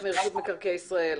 מרשות מקרקעי ישראל